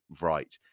right